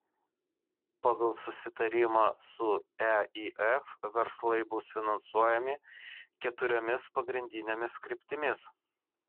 pagal susitarimą su eif verslai bus finansuojami keturiomis pagrindinėmis kryptimis